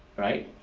right,